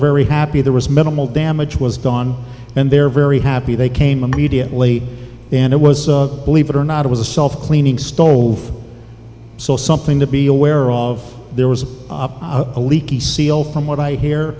very happy there was minimal damage was gone and they're very happy they came immediately and it was a believe it or not it was a self cleaning stove so something to be aware of there was a leaky seal from what i hear